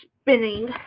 spinning